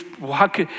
walk